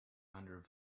under